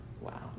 Wow